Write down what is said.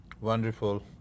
Wonderful